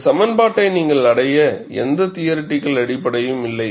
இந்த சமன்பாட்டை நீங்கள் அடைய எந்த தியரட்டிகல் அடிப்படையும் இல்லை